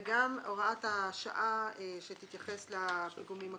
וגם הוראת השעה שתתייחס לפיגומים הקיימים.